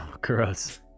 gross